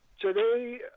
Today